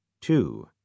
two